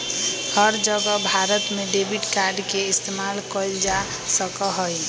हर जगह भारत में debit card के इस्तेमाल कइल जा सका हई